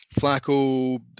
Flacco